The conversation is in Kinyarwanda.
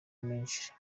menshi